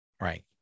Right